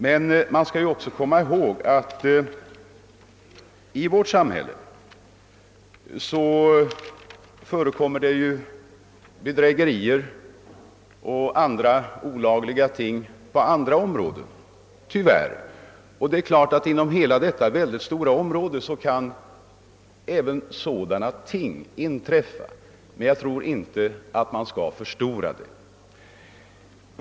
Men man skall också komma ihåg att i vårt samhälle förekommer det tyvärr bedrägerier och andra olagligheter på andra områden. Det är klart att inom hela detta väldigt stora område som socialvården utgör kan sådana ting inträffa, men jag tror inte att man skall förstora detta.